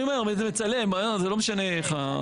אני אומר, מצלם, לא משנה איך.